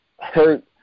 hurt